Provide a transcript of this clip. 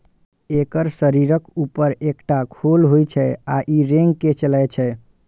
एकर शरीरक ऊपर एकटा खोल होइ छै आ ई रेंग के चलै छै